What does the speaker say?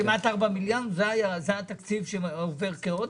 כמעט 4 מיליארד, זה התקציב שעובר כעודף?